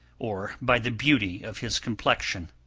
or by the beauty of his complexion.